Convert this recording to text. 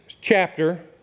chapter